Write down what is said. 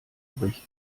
übrig